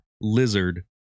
lizard